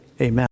Amen